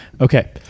Okay